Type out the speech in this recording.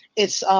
it's